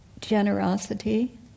Generosity